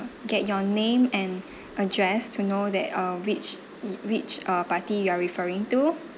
get your name and address to know that uh which i~ which uh party you are referring to